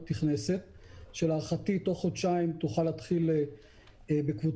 להערכתנו ולפי ההמלצה שלנו לפי מודל שהתחלנו לפתח אנחנו ממליצים לנטר